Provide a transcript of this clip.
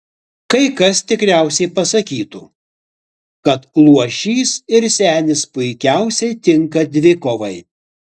kai kas tikriausiai pasakytų kad luošys ir senis puikiausiai tinka dvikovai